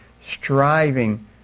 striving